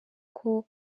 uko